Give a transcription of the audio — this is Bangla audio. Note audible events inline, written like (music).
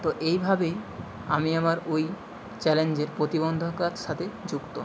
তো এইভাবেই আমি আমার ওই চ্যালেঞ্জের পোতিবন্ধকার (unintelligible) সাথে যুক্ত